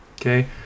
okay